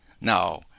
Now